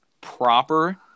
proper